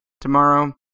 tomorrow